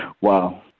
Wow